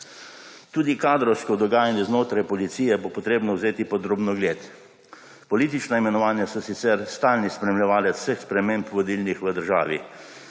Tudi kadrovsko dogajanje znotraj policije bo potrebno vzeti pod drobnogled. Politična imenovanja so sicer stalni spremljevalec vseh sprememb vodilnih v državi,